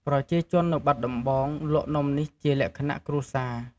ប្រជាជននៅបាត់ដំបងលក់នំនេះជាលក្ខណៈគ្រួសារ។